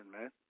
man